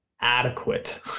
adequate